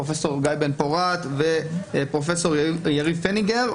פרופ' גיא בן פורת ופרופ' יריב פניגר,